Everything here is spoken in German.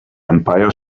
empire